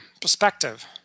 perspective